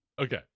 Okay